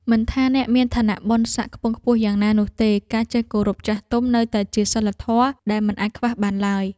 មិនថាអ្នកមានឋានៈបុណ្យសក្តិខ្ពង់ខ្ពស់យ៉ាងណានោះទេ ការចេះគោរពចាស់ទុំនៅតែជាសីលធម៌ដែលមិនអាចខ្វះបានឡើយ។